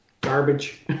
garbage